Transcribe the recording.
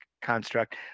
construct